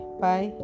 bye